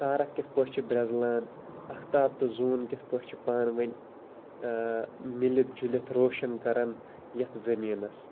تارَک کِتھ پٲٹھۍ چھِ برزلان اَفتاب تہٕ زوٗن کِتھ پٲٹھۍ چھِ پانہٕ ؤنۍ مِلِتھ جُلِتھ روشَن کَران یتھ زمیٖنَس